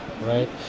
right